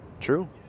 True